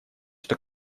что